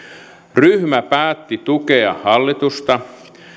ryhmä päätti tukea hallitusta